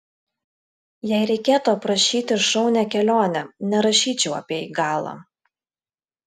jei reikėtų aprašyti šaunią kelionę nerašyčiau apie igalą